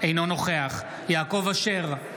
אינו נוכח יעקב אשר,